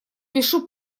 пишу